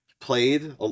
Played